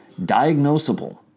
diagnosable